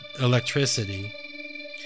Electricity